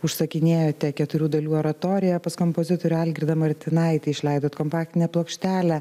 užsakinėjote keturių dalių oratoriją pas kompozitorių algirdą martinaitį išleidot kompaktinę plokštelę